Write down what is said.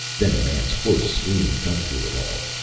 then a man's hoarse scream cut through it all,